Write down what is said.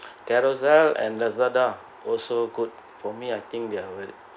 Carousell and Lazada also good for me I think they're very